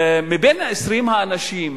בין 20 האנשים,